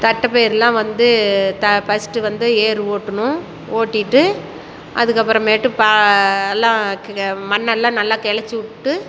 தட்டைப்பயறுலாம் வந்து த ஃபஸ்ட் வந்து ஏரு ஓட்டணும் ஓட்டிகிட்டு அதுக்கப்புறமேட்டு பா எல்லாம் மண்ணெல்லாம் நல்லா கௌச்சிவிட்டு